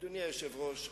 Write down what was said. ושיפרתי דברים.